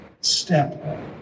step